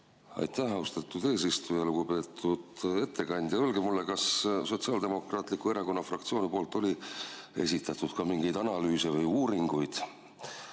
Aitäh, austatud eesistuja! Lugupeetud ettekandja! Öelge mulle, kas Sotsiaaldemokraatliku Erakonna fraktsioon esitas ka mingeid analüüse või uuringuid,